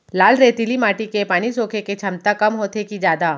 लाल रेतीली माटी के पानी सोखे के क्षमता कम होथे की जादा?